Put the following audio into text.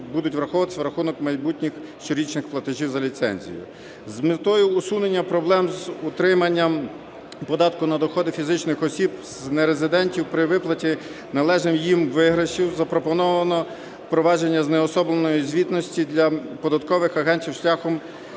будуть враховуватись в рахунок майбутніх щорічних платежів за ліцензію. З метою усунення проблем з утриманням податку на доходи фізичних осіб з нерезидентів при виплаті належних їм виграшів запропоновано впровадження знеособленої звітності для податкових агентів шляхом